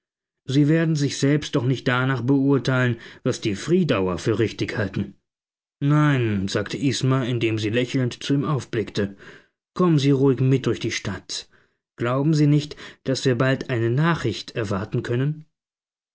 sie werden sich selbst doch nicht danach beurteilen was die friedauer für richtig halten nein sagte isma indem sie lächelnd zu ihm aufblickte kommen sie ruhig mit durch die stadt glauben sie nicht daß wir bald eine nachricht erwarten können